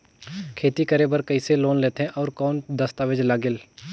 खेती करे बर कइसे लोन लेथे और कौन दस्तावेज लगेल?